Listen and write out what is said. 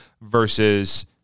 versus